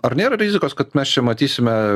ar nėra rizikos kad mes čia matysime